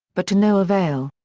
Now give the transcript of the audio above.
but to no avail.